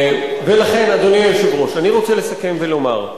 ולכן, אדוני היושב-ראש, אני רוצה לסכם ולומר: